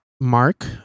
Mark